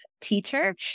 teacher